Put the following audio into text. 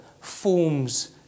forms